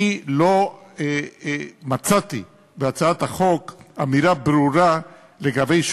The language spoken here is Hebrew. אני לא מצאתי בהצעת החוק אמירה ברורה לגבי,